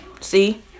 see